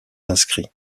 inscrits